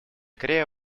корея